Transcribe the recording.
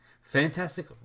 Fantastic